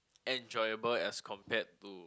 enjoyable as compared to